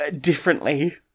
differently